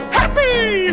happy